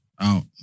Out